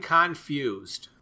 confused